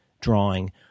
drawing